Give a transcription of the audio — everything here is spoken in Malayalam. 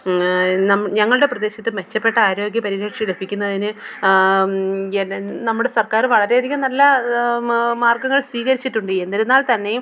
നമ്മൾ ഞങ്ങളുടെ പ്രദേശത്ത് മെച്ചപ്പെട്ട ആരോഗ്യ പരിരക്ഷ എടുപ്പിക്കുന്നതിന് എന്നെ നമ്മുടെ സർക്കാർ വളരെ അധികം നല്ല മാർഗങ്ങൾ സ്വീകരിച്ചിട്ടുണ്ട് എന്നിരുന്നാൽ തന്നെയും